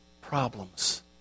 problems